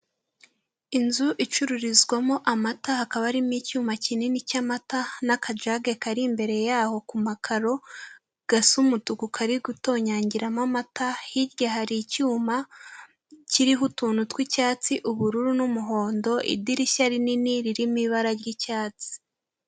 Inzu icururizwamo amata hakaba harimo icyuma kinini cy'amata n'akajaga kari imbere yaho ku makaro, gasa umutuku kari gutonyangiramo amata, hirya hari icyuma kiriho utuntu tw'icyatsi, ubururu n'umuhondo, idirishya rinini ririmo ibara ry'icyatsi.